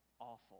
awful